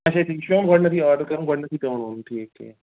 اَچھا تِم چھِ پٮ۪وان گۄڈنٮ۪تھٕے آرڈر کَرُن گۄڈنٮ۪تھٕے پٮ۪وان وَنُن ٹھیٖک ٹھیٖک